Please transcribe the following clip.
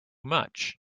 much